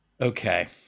Okay